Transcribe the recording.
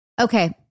Okay